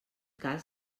cas